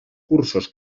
cursos